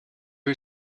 who